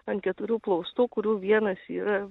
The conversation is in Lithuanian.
ant keturių plaustų kurių vienas yra